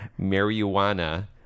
marijuana